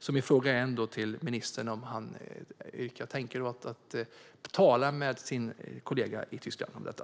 Min fråga till ministern är om han tänker tala med sin kollega i Tyskland om detta.